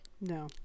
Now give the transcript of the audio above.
No